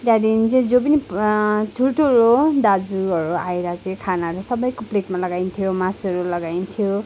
त्यहाँदेखिन् चाहिँ जो पनि ठुल्ठुलो दाजुहरू आएर चाहिँ खानाहरू सबैको प्लेटमा लगाइन्थ्यो मासुहरू लगाइन्थ्यो